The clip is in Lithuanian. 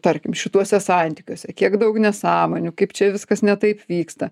tarkim šituose santykiuose kiek daug nesąmonių kaip čia viskas ne taip vyksta